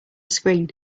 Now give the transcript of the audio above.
screen